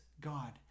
God